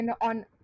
on